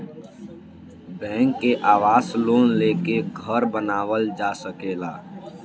bank से आवास loan लेके घर बानावल जा सकेला